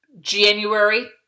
January